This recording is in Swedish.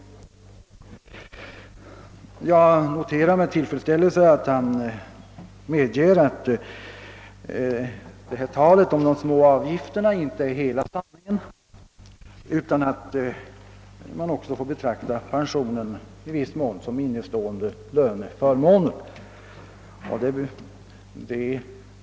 Jag noterar med tillfredsställelse att civilministern medger att talet om de små avgifterna inte är hela sanningen utan att pensionen i viss mån får betraktas som innestående löneförmåner.